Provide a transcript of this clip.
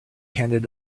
handed